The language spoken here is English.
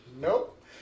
Nope